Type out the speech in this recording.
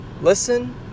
listen